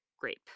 grape